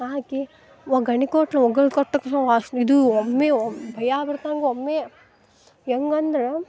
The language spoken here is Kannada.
ಹಾಕಿ ಒಗ್ಗರಣೆ ಕೊಟ್ಲು ಒಗ್ಗರಣೆ ಕೊಟ್ಟ ತಕ್ಷಣ ವಾಸ್ನೆ ಇದು ಒಮ್ಮೆ ಭಯ ಆಗ್ಬಿಡ್ತು ನಂಗೆ ಒಮ್ಮೆ ಹೆಂಗಂದ್ರ